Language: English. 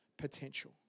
potential